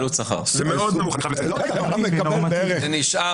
זה מאוד נמוך, אני חייב לציין.